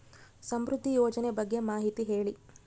ಸಮೃದ್ಧಿ ಯೋಜನೆ ಬಗ್ಗೆ ಮಾಹಿತಿ ಹೇಳಿ?